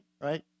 right